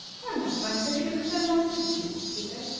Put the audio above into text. i left my city because i wanted to, she said.